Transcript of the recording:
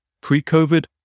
pre-COVID